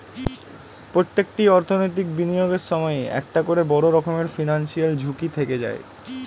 প্রত্যেকটি অর্থনৈতিক বিনিয়োগের সময়ই একটা করে বড় রকমের ফিনান্সিয়াল ঝুঁকি থেকে যায়